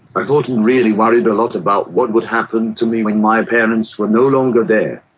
i thought and really worried a lot about what would happen to me when my parents were no longer there.